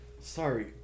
Sorry